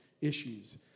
issues